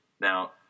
Now